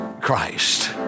Christ